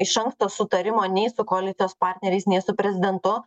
iš anksto sutarimo nei su koalicijos partneriais nei su prezidentu